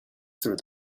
through